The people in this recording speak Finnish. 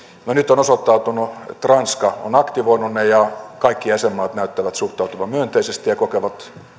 no nyt on osoittautunut että ranska on aktivoinut ne ja kaikki jäsenmaat näyttävät suhtautuvan myönteisesti ja kokevat